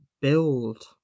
build